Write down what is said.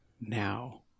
now